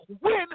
win